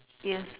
yes